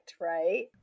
right